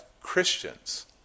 Christians